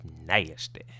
nasty